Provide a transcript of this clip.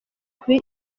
kuba